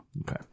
Okay